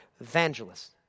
Evangelist